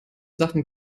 sachen